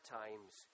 times